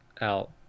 out